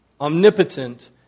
omnipotent